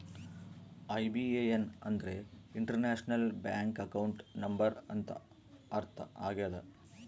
IBAN ಅಂದ್ರೆ international bank account number ಅಂತ ಅರ್ಥ ಆಗ್ಯದ